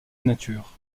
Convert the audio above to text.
nature